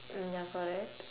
mm ya correct